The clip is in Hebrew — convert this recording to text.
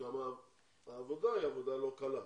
גם העבודה היא עבודה לא קלה,